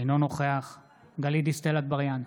אינו נוכח גלית דיסטל אטבריאן,